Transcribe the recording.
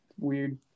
Weird